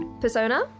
Persona